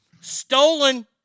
Stolen